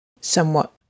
somewhat